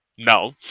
No